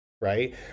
right